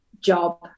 job